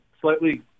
slightly